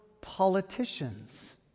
politicians